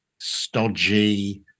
stodgy